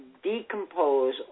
decompose